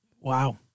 Wow